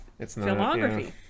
filmography